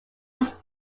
was